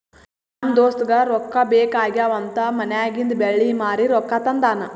ನಮ್ ದೋಸ್ತಗ ರೊಕ್ಕಾ ಬೇಕ್ ಆಗ್ಯಾವ್ ಅಂತ್ ಮನ್ಯಾಗಿಂದ್ ಬೆಳ್ಳಿ ಮಾರಿ ರೊಕ್ಕಾ ತಂದಾನ್